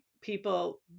people